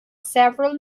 several